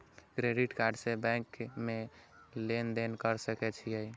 Credit card से bank में लेन देन कर सके छीये?